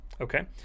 Okay